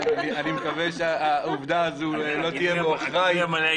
אני מקווה שהעובדה הזו לא תהיה בעוכריי